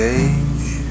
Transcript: age